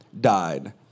died